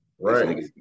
right